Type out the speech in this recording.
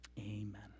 Amen